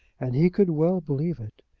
and he could well believe it.